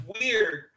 weird